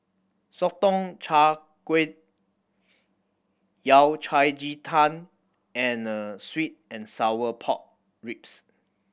Sotong Char Kway Yao Cai ji tang and sweet and sour pork ribs